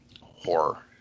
horror